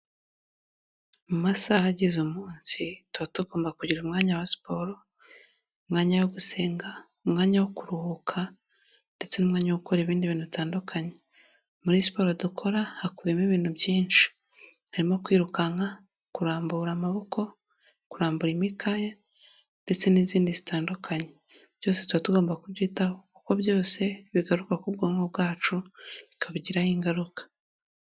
Mu masaha agize umunsi, tuba tugomba kugira umwanya wa siporo, umwanya wo gusenga, umwanya wo kuruhuka ndetse n'umwanya wo gukora ibindi bintu bitandukanye. Muri siporo dukora, hakubiyemo ibintu byinshi. Harimo kwirukanka, kurambura amaboko, kurambura imikaya ndetse n'izindi zitandukanye. Byose tuba tugomba kubyitaho kuko byose bigaruka ku bwonko bwacu, bikabugiraho ingaruka.